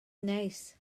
neis